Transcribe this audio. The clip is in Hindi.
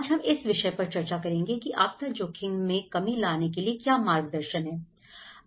आज हम इस विषय पर चर्चा करेंगे की आपदा जोखिम में कमी लाने के लिए क्या मार्गदर्शन है